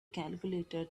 calculator